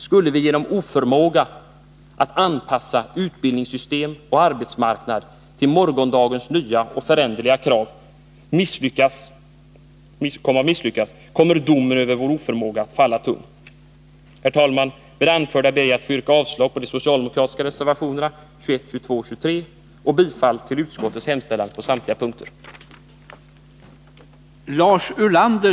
Skulle vi, genom vår oförmåga att anpassa utbildningssystem och arbetsmarknad till morgondagens nya och föränderliga krav, komma att misslyckas, kommer domen över vår oförmåga att falla tungt. Herr talman! Med det anförda ber jag att få yrka avslag på de socialdemokratiska reservationerna 21, 22 och 23 och bifall till utskottets hemställan på samtliga punkter.